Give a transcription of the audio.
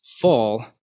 fall